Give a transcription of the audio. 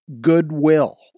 goodwill